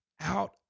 out